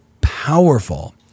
powerful